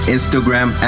Instagram